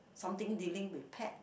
something dealing with pet